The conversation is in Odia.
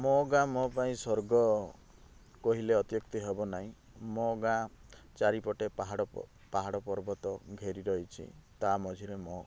ମୋ ଗାଁ ମୋ ପାଇଁ ସ୍ଵର୍ଗ କହିଲେ ଅତ୍ୟୁକ୍ତି ହେବ ନାହିଁ ମୋ ଗାଁ ଚାରିପଟେ ପାହାଡ଼ ପ ପାହାଡ଼ ପର୍ବତ ଘେରି ରହିଛି ତା ମଝିରେ ମୋ